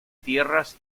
tierras